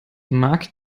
mag